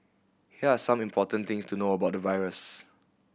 here are some important things to know about the virus